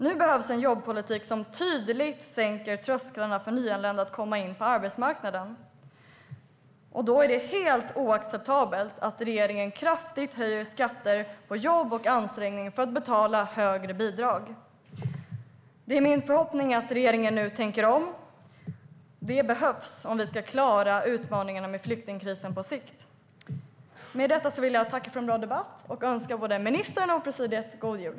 Nu behövs en jobbpolitik som tydligt sänker trösklarna för nyanlända att komma in på arbetsmarknaden. Då är det helt oacceptabelt att regeringen kraftigt höjer skatter på jobb och arbetar för högre bidrag. Det är min förhoppning att regeringen nu tänker om. Det behövs om vi ska klara utmaningarna med flyktingkrisen på sikt. Med detta vill jag tacka för en bra debatt och önska både ministern och presidiet en god jul.